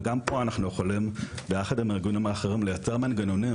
וגם פה אנחנו יכולים ביחד עם הארגונים האחרים לייצר מנגנונים